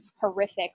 horrific